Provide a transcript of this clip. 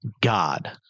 God